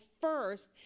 first